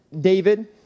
David